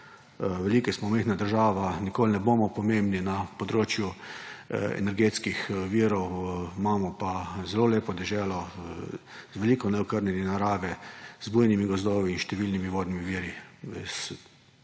mi ki smo majhna država nikoli ne bomo pomembni na področju energetskih virov, imamo pa zelo lepo deželo z veliko neokrnjene narave, z bujnimi gozdovi in številnimi vodnimi viri.